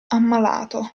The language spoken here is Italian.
ammalato